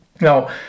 Now